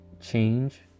change